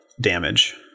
damage